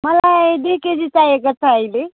मलाई दुई केजी चाहिएको छ अहिले